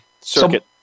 circuit